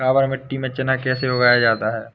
काबर मिट्टी में चना कैसे उगाया जाता है?